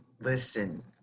Listen